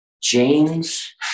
James